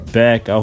back